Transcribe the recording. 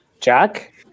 Jack